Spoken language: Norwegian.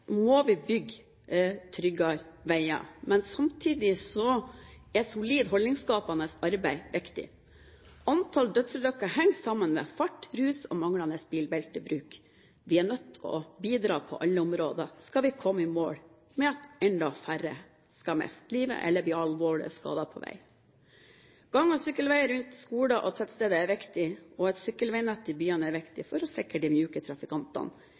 må vi bygge tryggere veier. Men samtidig er et solid, holdningsskapende arbeid viktig. Antall dødsulykker henger sammen med fart, rus og manglende bilbeltebruk. Vi er nødt til å bidra på alle områder skal vi komme i mål med at enda færre mister livet eller blir alvorlig skadet på vei. Gang- og sykkelveier rundt skoler og tettsteder er viktig, og et sykkelveinett i byene er viktig for å sikre de myke trafikantene.